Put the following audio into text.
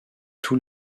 tous